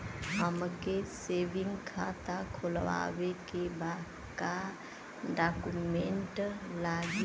हमके सेविंग खाता खोलवावे के बा का डॉक्यूमेंट लागी?